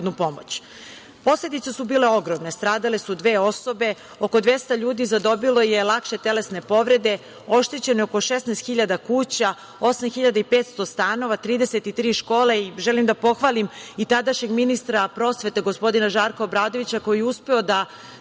pomoć. Posledice su bile ogromne. Stradale su dve osobe, oko 200 ljudi zadobilo je lakše telesne povrede, oštećeno je oko 16.000 kuća, 8.500 stanova, 33 škole i želim da pohvalim i tadašnjeg ministra prosvete, gospodina Žarka Obradovića koji je uspeo da